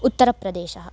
उत्तरप्रदेशः